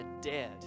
dead